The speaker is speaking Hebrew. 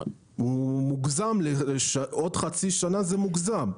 הוא מוגזם, עוד חצי שנה זה מוגזם.